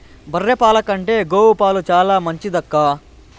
బర్రె పాల కంటే గోవు పాలు చాలా మంచిదక్కా